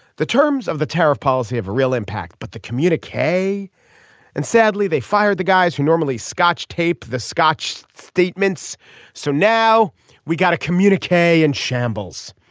the terms of the tariff policy have a real impact. but the communique and sadly they fired the guys who normally scotch tape the scotch statements so now we got a communique in shambles.